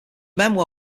memoir